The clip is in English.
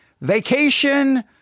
Vacation